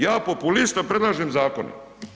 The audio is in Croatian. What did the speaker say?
Ja populista predlažem zakone.